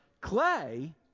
Clay